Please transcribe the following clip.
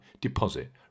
deposit